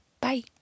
bye